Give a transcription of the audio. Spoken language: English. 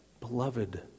beloved